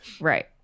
Right